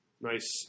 nice